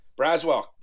Braswell